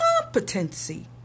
competency